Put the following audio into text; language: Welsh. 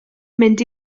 mynd